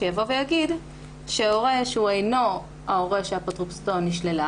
שיגיד שהורה שהוא אינו ההורה שאפוטרופסותו נשללה